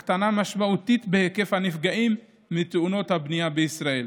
הקטנה משמעותית בהיקף הנפגעים ותאונות הבנייה בישראל.